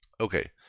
Okay